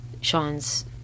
Sean's